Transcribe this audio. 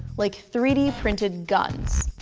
like three d printed guns.